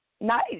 Nice